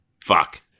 fuck